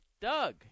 Doug